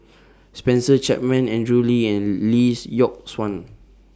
Spencer Chapman Andrew Lee and Lee Yock Suan